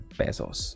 pesos